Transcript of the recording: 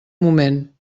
moment